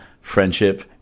friendship